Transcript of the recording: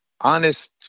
honest